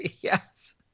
Yes